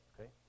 okay